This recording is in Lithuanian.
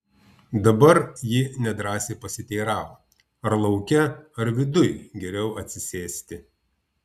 dabar ji nedrąsiai pasiteiravo ar lauke ar viduj geriau atsisėsti